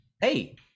Hey